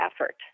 effort